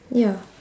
ya